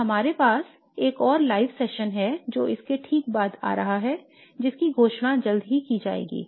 और हमारे पास एक और लाइव सत्र है जो इसके ठीक बाद आ रहा है जिसकी घोषणा जल्द ही की जाएगी